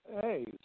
Hey